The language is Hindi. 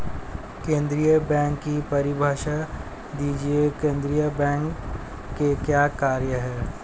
केंद्रीय बैंक की परिभाषा दीजिए केंद्रीय बैंक के क्या कार्य हैं?